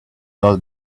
doors